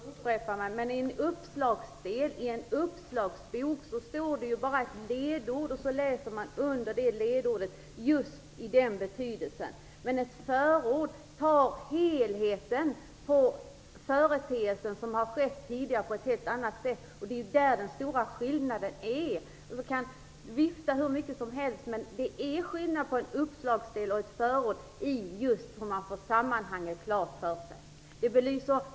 Herr talman! Jag är ledsen att behöva upprepa mig, men i en uppslagsbok finns det ju bara ett ledord. Man läser under det ledordet om just det ordets betydelse. I ett förord behandlas företeelsen i dess helhet på ett helt annat sätt. Det är den stora skillnaden. Elisabeth Fleetwood kan vifta hur mycket som helst, men det är skillnad på en uppslagsdel och ett förord just när det gäller att få sammanhanget klart för sig.